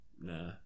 nah